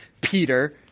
Peter